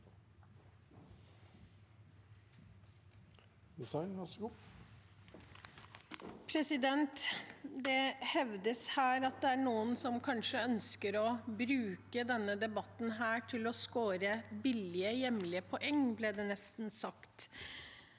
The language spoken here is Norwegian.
Det hevdes her at det er noen som kanskje ønsker å bruke denne debatten til å skåre billige hjemlige poeng, som det nesten ble sagt.